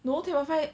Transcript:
no ten point five